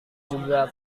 juga